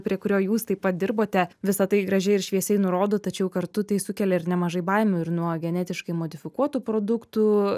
prie kurio jūs taip pat dirbote visa tai gražiai ir šviesiai nurodo tačiau kartu tai sukelia ir nemažai baimių ir nuo genetiškai modifikuotų produktų